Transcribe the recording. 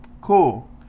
Cool